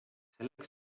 selleks